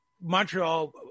Montreal